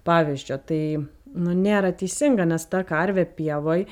pavyzdžio tai nu nėra teisinga nes ta karvė pievoj